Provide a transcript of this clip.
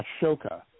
Ashoka